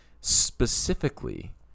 Specifically